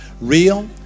Real